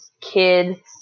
kid